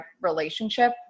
relationship